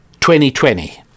2020